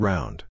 Round